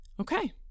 Okay